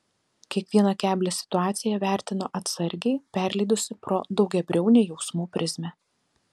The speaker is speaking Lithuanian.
kiekvieną keblią situaciją vertino atsargiai perleidusi pro daugiabriaunę jausmų prizmę